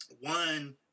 one